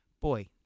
boy